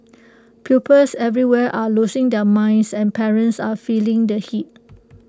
pupils everywhere are losing their minds and parents are feeling the heat